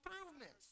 improvements